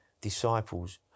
disciples